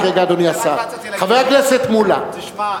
תשמע,